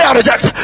reject